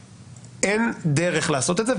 אין דרך לעשות את זה,